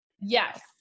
Yes